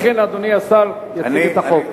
לכן, אדוני השר יציג את החוק.